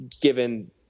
given